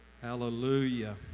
Hallelujah